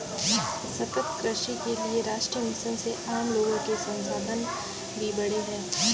सतत कृषि के लिए राष्ट्रीय मिशन से आम लोगो के संसाधन भी बढ़े है